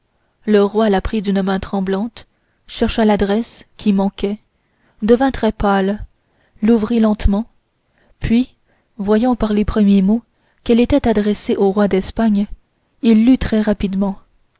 le roi la prit d'une main tremblante chercha l'adresse qui manquait devint très pâle l'ouvrit lentement puis voyant par les premiers mots qu'elle était adressée au roi d'espagne il lut très rapidement